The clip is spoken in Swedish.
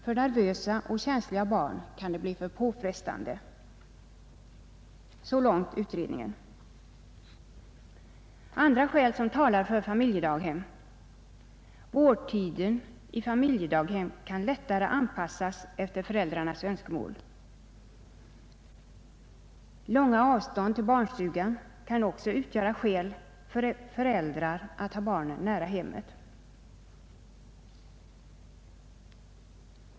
För nervösa och känsliga barn kan det bli för påfrestande.” Ett annat skäl som talar för familjedaghem är att vårdtiden i familjedaghemmen lättare kan anpassas efter föräldrarnas önskemål. Vidare kan långa avstånd till barnstugan utgöra skäl för föräldrar att ha barnen nära hemmet.